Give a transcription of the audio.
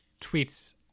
tweets